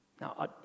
Now